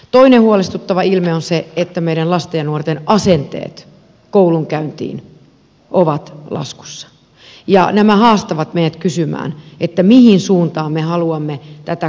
toinen huolestuttava ilmiö on se että meidän lasten ja nuorten asenteet koulunkäyntiin ovat laskussa ja nämä haastavat meidät kysymään mihin suuntaan me haluamme tätä koulujärjestelmää kehittää